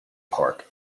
park